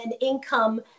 income